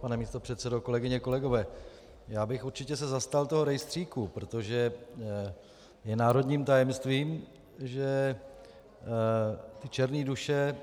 Pane místopředsedo, kolegyně, kolegové, určitě bych se zastal toho rejstříku, protože je národním tajemstvím, že černé duše